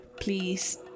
Please